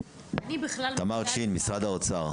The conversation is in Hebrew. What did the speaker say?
תמר צ'ין, משרד האוצר.